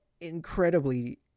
incredibly